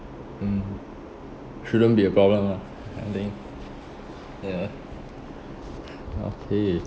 mm shouldn't be a problem lah I think ya okay